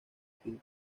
tío